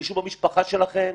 מישהו במשפחה שלכם,